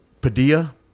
Padilla